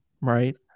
right